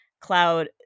Cloud